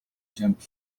jumped